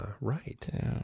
right